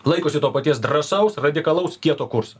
laikosi to paties drąsaus radikalaus kieto kurso